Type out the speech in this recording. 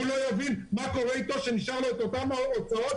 הוא לא יבין מה קורה איתו שנשארו לו אותן הוצאות